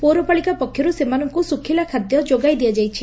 ପୌରପାଳିକା ପକ୍ଷରୁ ସେମାନଙ୍କୁ ଶୁଖ୍ଲା ଖାଦ୍ୟ ଯୋଗାଇ ଦିଆଯାଇଛି